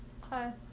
Hi